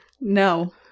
No